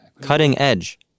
cutting-edge